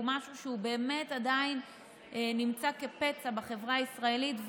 הוא משהו שהוא באמת עדיין נמצא כפצע בחברה הישראלית.